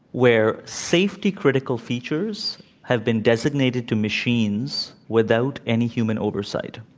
where safety-critical features have been designated to machines without any human oversight.